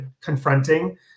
confronting